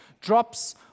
drops